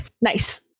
Nice